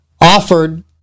offered